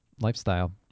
lifestyle